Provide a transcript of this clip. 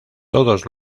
todos